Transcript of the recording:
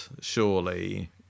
surely